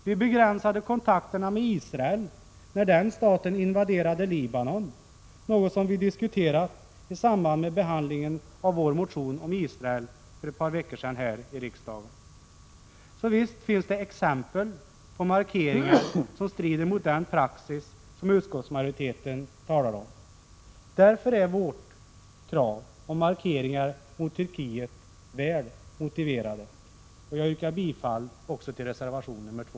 Vidare begränsade Sverige kontakterna med Israel när den staten invaderade Libanon, vilket diskuterades för ett par veckor sedan här i kammaren i samband med behandlingen av vår motion om Israel — så visst finns det exempel på markeringar som strider mot den praxis som utskottsmajoriteten talar om. Mot den bakgrunden är vårt krav på markeringar gentemot Turkiet väl motiverat. Jag yrkar bifall också till reservation nr 2.